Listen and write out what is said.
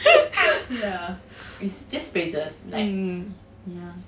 yeah it's just phrases like yeah